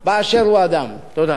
חבר הכנסת ג'מאל זחאלקה, בבקשה.